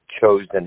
chosen